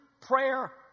prayer